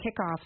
kickoff